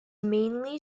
mainly